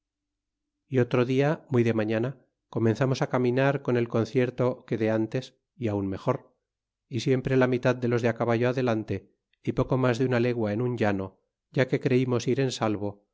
y otro dia muy de maiiana comenzamos á caminar con el concierto que de ntes y aun mejor y siempre la mitad de los de caballo adelante y poco mas de una legua en un llano ya que creimos ir en salvo